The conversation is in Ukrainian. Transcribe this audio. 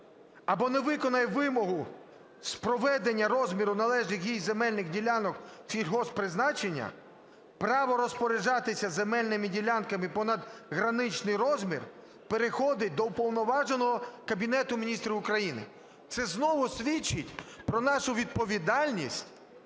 або не виконає вимогу з приведення розміру належних їй земельних ділянок сільгосппризначення, право розпоряджатися земельними ділянками понад граничний розмір переходить до уповноваженого Кабінету Міністрів України. Це знову свідчить про нашу відповідальність